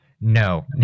No